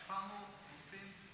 הכפלנו רופאים.